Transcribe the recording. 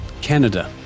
Canada